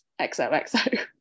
XOXO